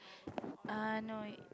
eh no wait